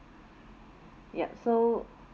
yup so